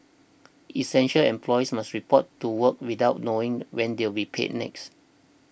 essential employees must report to work without knowing when they'll we paid next